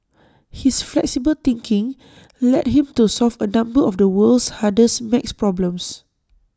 his flexible thinking led him to solve A number of the world's hardest math problems